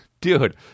dude